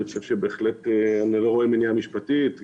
אני חושב שאני לא רואה מניעה משפטית.